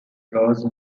rose